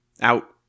out